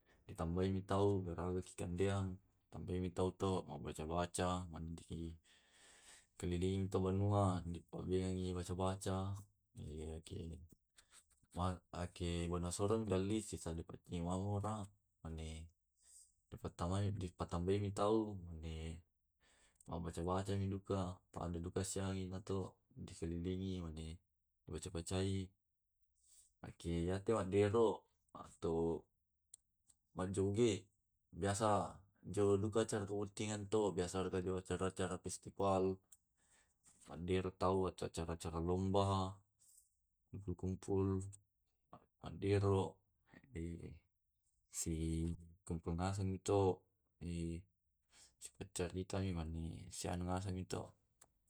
Di tambaimitau garaga ki kandeang, tamaimi tau mabaca baca mandi kelilini banua, ma pubene baca baca surong paui anne di patamai mi tau mabaca bacammi duka asseleangi muto dikalilingi dibaca bacai iyate wadde to majoge biasa njo duka to kabuttinganto biasa acara acara pestipal mande tau acara acara lomba, kumpul kumpul andero si simpungasengi to sipacaritami ngasangmi to